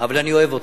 אבל אני אוהב אותך.